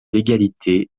d’égalité